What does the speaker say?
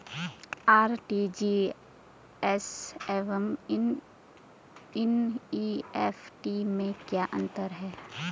RTGS एवं NEFT में क्या अंतर है?